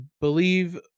believe